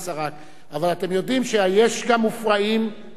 אבל אתם יודעים שיש גם מופרעים בארץ הזאת,